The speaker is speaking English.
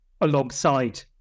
alongside